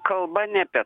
kalba ne apie